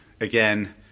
again